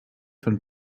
von